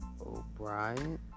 O'Brien